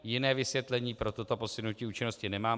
Jiné vysvětlení pro toto posunutí účinnosti nemám.